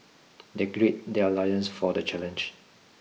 they grid their loins for the challenge